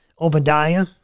Obadiah